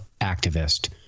activist